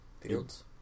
Fields